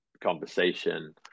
conversation